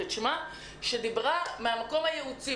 לוק שדיברה מהמקום הייעוצי.